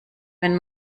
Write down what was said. wenn